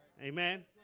Amen